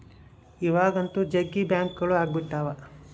ಇವಾಗಂತೂ ಜಗ್ಗಿ ಬ್ಯಾಂಕ್ಗಳು ಅಗ್ಬಿಟಾವ